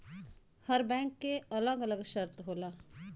हर bank के अलग अलग शर्त होला